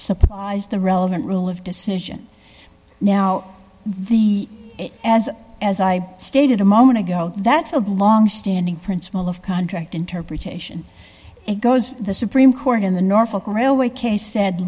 surprised the relevant rule of decision now the as as i stated a moment ago that's a longstanding principle of contract interpretation it goes the supreme court in the norfolk railway case said